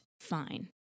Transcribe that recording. fine